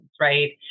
right